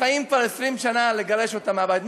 שחיות שם כבר 20 שנה, לגרש אותם מהבית.